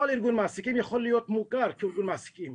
כל ארגון מעסיקים יכול להיות מוכר כארגון מעסיקים.